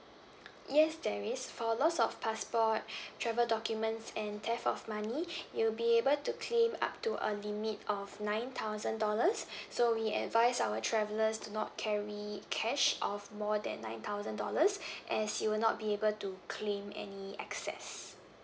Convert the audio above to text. yes there is for loss of passport travel documents and theft of money you'll be able to claim up to a limit of of nine thousand dollars so we advise our travellers to not carry cash of more than nine thousand dollars as you will not be able to claim any excess